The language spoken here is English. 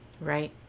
Right